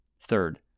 Third